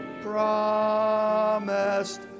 promised